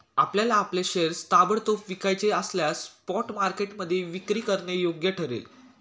आपल्याला आपले शेअर्स ताबडतोब विकायचे असल्यास स्पॉट मार्केटमध्ये विक्री करणं योग्य ठरेल